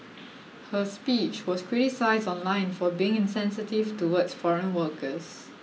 her speech was criticised online for being insensitive towards foreign workers